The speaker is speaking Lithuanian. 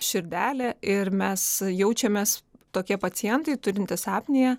širdelė ir mes jaučiamės tokie pacientai turintys apnėją